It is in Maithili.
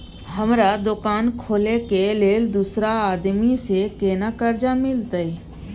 हमरा दुकान खोले के लेल दूसरा आदमी से केना कर्जा मिलते?